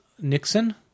Nixon